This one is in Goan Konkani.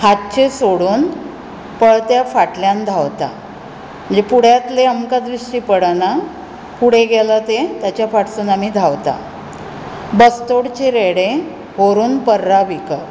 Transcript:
हातचें सोडून पळत्या फाटल्यान धांवता म्हणजे पुड्यांतलें आमकां दिश्टी पडना पुडें गेलो तें ताच्या फाटसून आमी धांवता बस्तोरचे रेडे व्हरून पर्रा विक